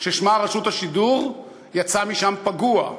ששמה רשות השידור, יצא משם פגוע.